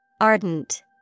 Ardent